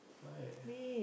why